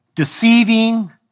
Deceiving